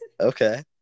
Okay